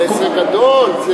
זה עסק גדול.